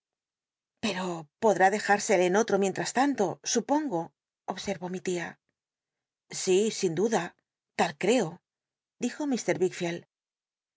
pero podrá dej nscle en otro mientras tanto supongo obser ó mi tia si sin duda lal creo dijo